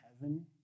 heaven